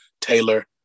Taylor